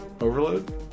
Overload